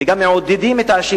וגם מעודדים את האנשים,